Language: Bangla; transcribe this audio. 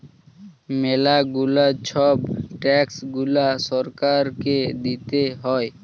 ম্যালা গুলা ছব ট্যাক্স গুলা সরকারকে দিতে হ্যয়